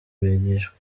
bigishwa